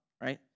right